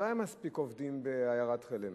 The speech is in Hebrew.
לא היו מספיק עובדים בעיירת חלם.